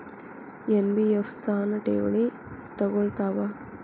NBF ಸಂಸ್ಥಾ ಠೇವಣಿ ತಗೋಳ್ತಾವಾ?